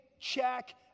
check